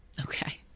Okay